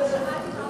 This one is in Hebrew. לא שמעתי מה הוא,